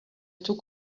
took